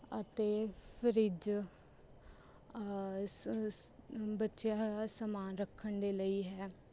ਅਤੇ ਫਰਿਜ਼ ਬਚਿਆ ਹੋਇਆ ਸਮਾਨ ਰੱਖਣ ਦੇ ਲਈ ਹੈ